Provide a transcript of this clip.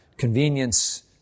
convenience